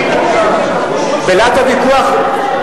בלהט הוויכוח?